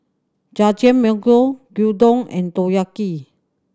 Jajangmyeon Gyudon and Takoyaki